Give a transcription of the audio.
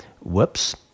whoops